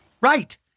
Right